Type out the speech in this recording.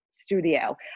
studio